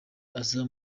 aza